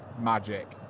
Magic